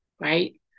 Right